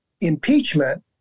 impeachment